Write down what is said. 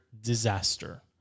disaster